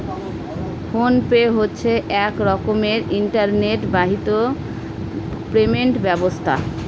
phone pay হচ্ছে এক রকমের ইন্টারনেট বাহিত পেমেন্ট ব্যবস্থা